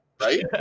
right